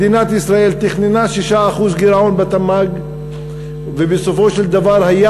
מדינת ישראל תכננה 6% גירעון בתמ"ג ובסופו של דבר היה